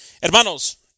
Hermanos